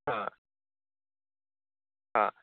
ह ह